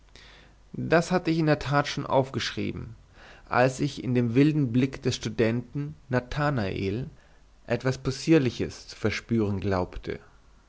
das hatte ich in der tat schon aufgeschrieben als ich in dem wilden blick des studenten nathanael etwas possierliches zu verspüren glaubte